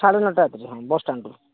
ସାଢ଼େ ନଅଟା ଏପଟରୁ ହଁ ବସ୍ ଷ୍ଟାଣ୍ଡରୁ